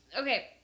Okay